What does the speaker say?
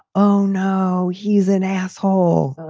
oh, no, he's an asshole.